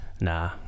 nah